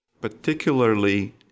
particularly